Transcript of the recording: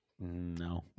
no